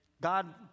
God